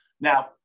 Now